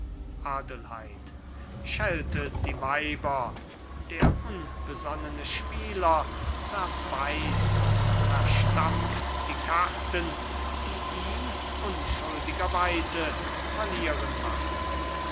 adelheid scheltet die weiber der unbesonnene spieler zerbeißt und zerstampft die karten die ihn unschuldigerweise verlieren machten